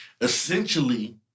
Essentially